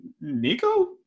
nico